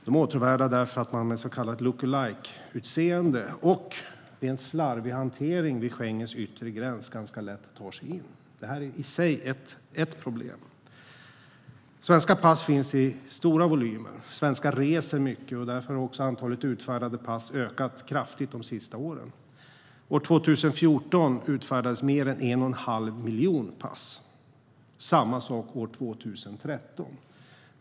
De är åtråvärda därför att man med så kallad look-alike och rent slarvig hantering vid Schengens yttre gräns ganska lätt tar sig in. Det är i sig ett problem. Svenska pass finns i stora volymer. Svenskar reser mycket. Därför har också antalet utfärdade pass ökat kraftigt de senaste åren. År 2014 utfärdades mer än 1 1⁄2 miljon pass. Det var samma sak år 2013.